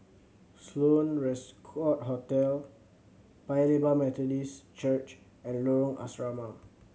Sloane Court Hotel Paya Lebar Methodist Church and Lorong Asrama